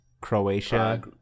Croatia